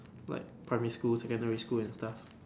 like primary school secondary school and stuff